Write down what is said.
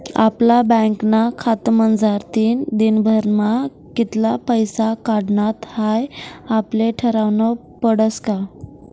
आपला बँकना खातामझारतीन दिनभरमा कित्ला पैसा काढानात हाई आपले ठरावनं पडस का